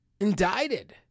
indicted